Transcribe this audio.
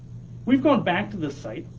we've gone back to the site,